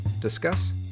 discuss